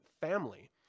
family